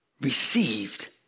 received